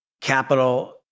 capital